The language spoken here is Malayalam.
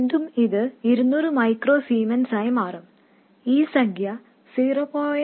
വീണ്ടും ഈ സംഖ്യയെ 200 മൈക്രോ സീമെൻസ് കൊണ്ട് ഗുണിച്ചാൽ 0